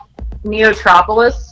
Neotropolis